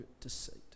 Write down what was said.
deceit